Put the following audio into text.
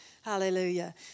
Hallelujah